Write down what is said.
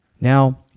Now